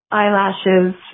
eyelashes